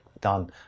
done